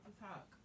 talk